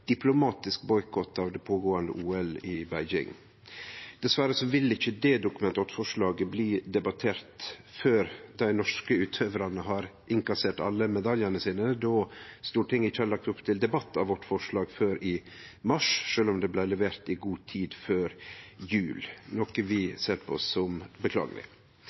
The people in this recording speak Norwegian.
diplomatisk boikott av pågåande OL i Beijing. Dessverre vil ikkje det Dokument 8-forslaget bli debattert før dei norske utøvarane har innkassert alle medaljane sine, då Stortinget ikkje har lagt opp til debatt av forslaget vårt før i mars, sjølv om det blei levert i god tid før jul, noko vi ser på som